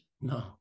no